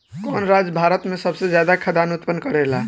कवन राज्य भारत में सबसे ज्यादा खाद्यान उत्पन्न करेला?